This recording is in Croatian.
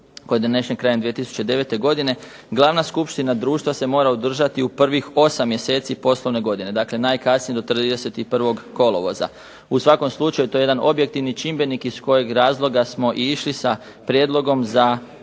je donesen krajem 2009. glavna skupština društva se mora održati u prvih 8 mjeseci poslovne godine, dakle najkasnije do 31. kolovoza. U svakom slučaju to je jedan objektivni čimbenik iz kojeg razloga smo išli sa prijedlogom za